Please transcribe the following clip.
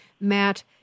Matt